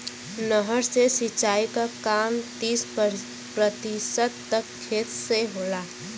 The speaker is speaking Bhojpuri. नहर से सिंचाई क काम तीस प्रतिशत तक खेत से होला